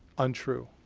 untrue.